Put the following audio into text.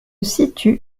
situe